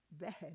bad